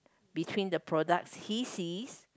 between the products he sees